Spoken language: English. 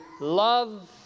love